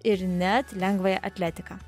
ir net lengvąją atletiką